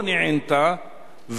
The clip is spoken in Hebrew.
לא נענתה.